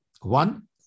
One